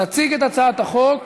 תציג את הצעת החוק